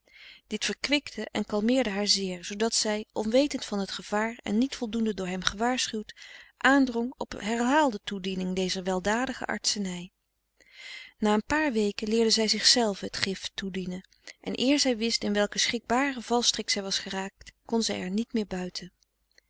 dit verkwikte en kalmeerde haar zeer zoodat zij onwetend van het gevaar en niet voldoende door hem gewaarschuwd aandrong op herhaalde toediening dezer weldadige artsenij na een paar weken leerde zij zichzelve het gift toedienen en eer zij wist in welken schrikbaren valstrik zij was geraakt kon zij er niet meer buiten